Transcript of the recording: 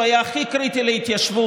שהוא היה הכי קריטי להתיישבות,